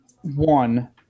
one